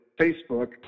Facebook